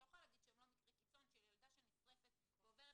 את לא יכולה להגיד שהם לא מקרי קיצון של ילדה שנשרפת ועוברת